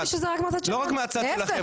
אני א אמרתי שזה רק מהצד שלנו,